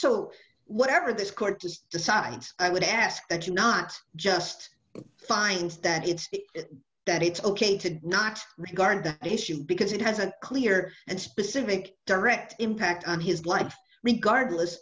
so whatever this court is decides i would ask that you not just find that it's that it's ok to not regard the issue because it has an clear and specific direct impact on his life regardless